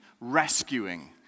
rescuing